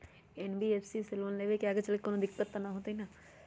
NBFC से loan लेबे से आगेचलके कौनो दिक्कत त न होतई न?